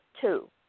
two